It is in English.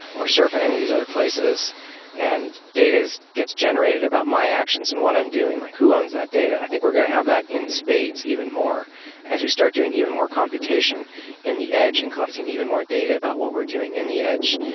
or surf and any of these other places and data gets generated about my actions and what i'm doing, like who owns that data. i think we're going to have that in spades even more as we start doing even more computation in the edge and collecting even more data about what we're doing in the edge.